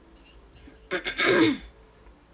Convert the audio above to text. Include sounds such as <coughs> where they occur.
<coughs>